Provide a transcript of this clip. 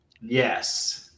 Yes